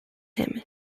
him